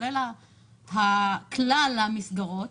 כולל כלל המסגרות.